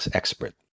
expert